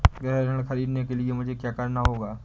गृह ऋण ख़रीदने के लिए मुझे क्या करना होगा?